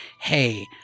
hey